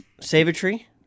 Save-A-Tree